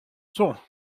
sont